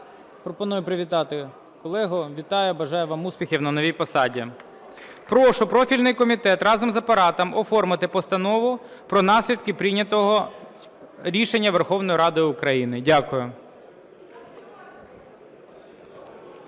Пропоную привітати колегу. Вітаю, бажаю вам успіхів на новій посаді. Прошу профільний комітет, разом з Апаратом, оформити постанову про наслідки прийнятого рішення Верховної Ради України. Дякую.